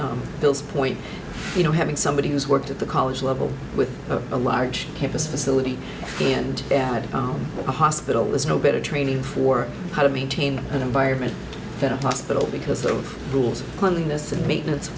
bill's point you know having somebody who's worked at the college level with a large campus facility and a hospital is no better training for how to maintain an environment that hospital it's the rules cleanliness and maintenance